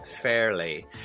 fairly